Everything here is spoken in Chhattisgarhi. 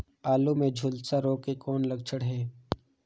आलू मे झुलसा रोग के कौन लक्षण हे?